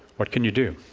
what can you do?